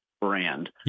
brand